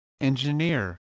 engineer